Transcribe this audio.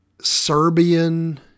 serbian